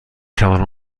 توانم